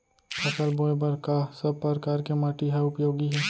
फसल बोए बर का सब परकार के माटी हा उपयोगी हे?